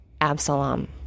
Absalom